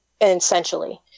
essentially